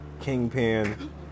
Kingpin